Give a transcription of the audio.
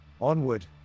Onward